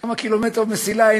כמה קילומטר מסילה?